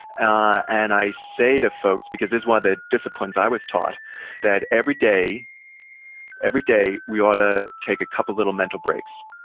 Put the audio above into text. and i say to folks, because this is one of the disciplines i was taught that every day every day we ought to take a couple little mental breaks.